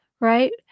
right